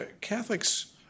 Catholics